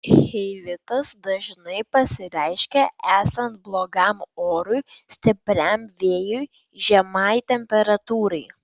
cheilitas dažnai pasireiškia esant blogam orui stipriam vėjui žemai temperatūrai